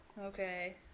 Okay